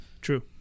True